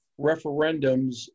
referendums